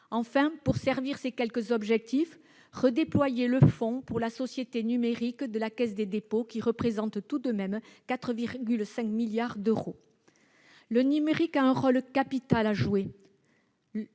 enfin, pour servir ces quelques objectifs, redéployer le fonds pour la société numérique de la Caisse des dépôts et consignations, qui représente tout de même 4,5 milliards d'euros. Le numérique a un rôle capital à jouer